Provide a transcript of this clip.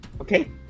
Okay